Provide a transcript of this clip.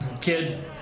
Kid